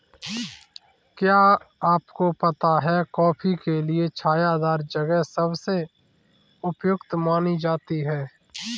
क्या आपको पता है कॉफ़ी के लिए छायादार जगह सबसे उपयुक्त मानी जाती है?